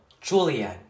Julian